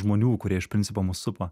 žmonių kurie iš principo mus supa